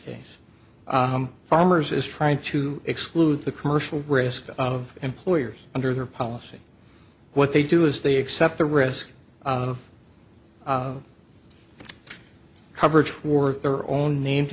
case farmers is trying to exclude the commercial risk of employers under their policy what they do is they accept the risk coverage for their own named